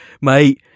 Mate